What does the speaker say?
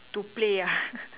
to play ah